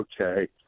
okay